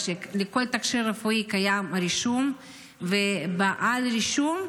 לכל תכשיר רפואי קיים רישום ובעל רישום,